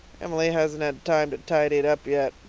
emily hasn't had time to tidy it up yet.